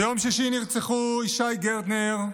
ביום שישי נרצחו ישי גרטנר,